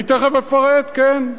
אני תיכף אפרט, כן.